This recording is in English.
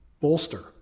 bolster